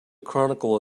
chronicle